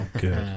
good